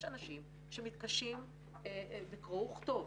יש אנשים שמתקשים בקרוא וכתוב,